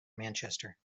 manchester